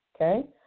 okay